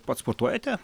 pats sportuojate